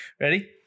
Ready